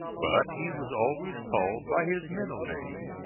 but he was always called by his middle name.